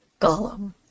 Gollum